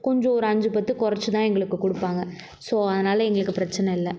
கொஞ்சம் ஒரு அஞ்சு பத்து குறைச்சிதான் எங்களுக்கு கொடுப்பாங்க ஸோ அதனால எங்களுக்கு பிரச்சின இல்லை